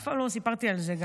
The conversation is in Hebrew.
אף פעם לא סיפרתי על זה,